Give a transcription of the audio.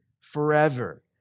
forever